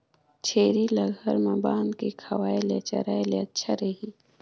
छेरी ल घर म बांध के खवाय ले चराय ले अच्छा रही?